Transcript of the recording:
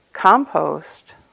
compost